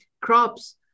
crops